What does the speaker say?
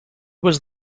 was